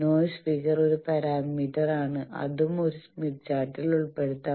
noise figure ഒരു parameter ആണ് അതും ഈ സ്മിത്ത് ചാർട്ടിൽ ഉൾപ്പെടുത്താം